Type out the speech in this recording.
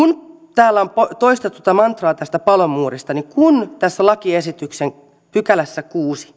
täällä on toistettu tätä mantraa tästä palomuurista kun tässä lakiesityksen kuudennessa pykälässä